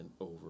over